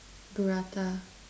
burrata